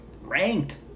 ranked